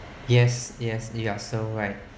yes yes you are so right